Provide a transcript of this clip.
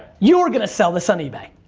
you're gonna sell this on ebay.